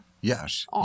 Yes